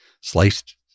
sliced